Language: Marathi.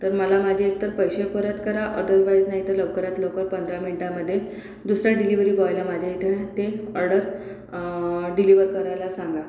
तर मला माझे एक तर पैसे परत करा अदंवाईज नाही तर लवकरात लवकर पंधरा मिनटामध्ये दुसऱ्या डिलीवरी बॉयला माझ्या इथे ते ऑडर डिलीवर करायला सांगा